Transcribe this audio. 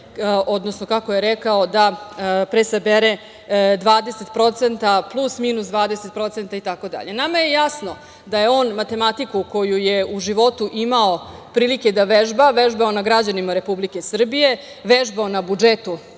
odnosno kako je rekao da presabere 20% plus minus 20% itd. Nama je jasno da je on matematiku koju je u životu imao prilike da vežba vežbao na građanima Republike Srbije, vežbao na budžetu